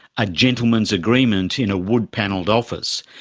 a gentleman's agreement in a wood panelled office,